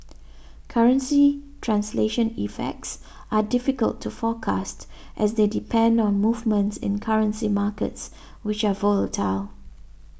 currency translation effects are difficult to forecast as they depend on movements in currency markets which are volatile